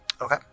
Okay